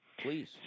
please